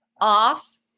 off